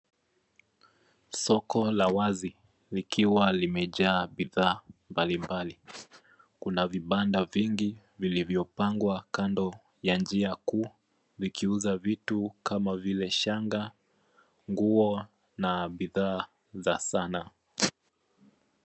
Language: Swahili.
Soko la wazi likiwa limejaa bidhaa mbalimbali. Kuna vibanda vingi vilivyopangwa kando ya njia kuu vikiuza vitu kama vile shanga, nguo na bidhaa za sanaa.